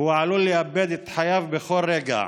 והוא עלול לאבד את חייו בכל רגע.